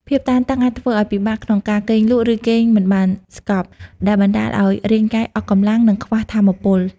ភាពតានតឹងអាចធ្វើឲ្យពិបាកក្នុងការគេងលក់ ឬគេងមិនបានស្កប់ ដែលបណ្ដាលឲ្យរាងកាយអស់កម្លាំង និងខ្វះថាមពល។